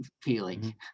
feeling